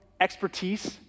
expertise